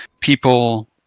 people